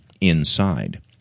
inside